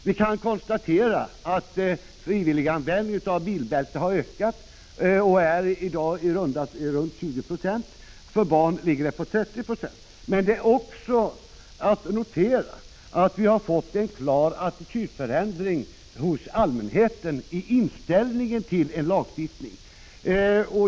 Vi kan konstatera att frivillig användning av bilbälten har ökat och att graden av frivillig användning i dag ligger på ca 20 20, för barn på 30 90. Det är också att notera att det har blivit en klar attitydförändring hos allmänheten i inställningen till en lagstiftning.